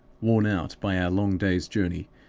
worn out by our long day's journey,